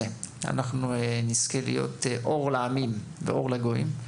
אנחנו נזכה להיות אור לעמים ואור לגויים,